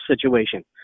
situation